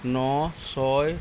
ন ছয়